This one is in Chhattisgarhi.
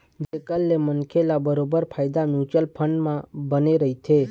जेखर ले मनखे ल बरोबर फायदा म्युचुअल फंड म बने रहिथे